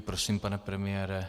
Prosím, pane premiére.